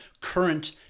current